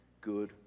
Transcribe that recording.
good